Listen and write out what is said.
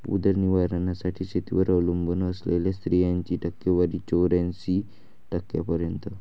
उदरनिर्वाहासाठी शेतीवर अवलंबून असलेल्या स्त्रियांची टक्केवारी चौऱ्याऐंशी टक्क्यांपर्यंत